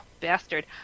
bastard